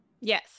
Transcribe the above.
Yes